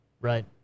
Right